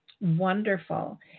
Wonderful